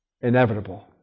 inevitable